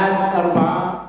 בעד, 4,